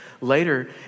later